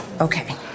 Okay